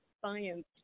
science